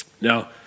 Now